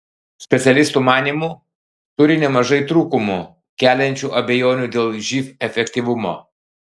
specialistų manymu turi nemažai trūkumų keliančių abejonių dėl živ efektyvumo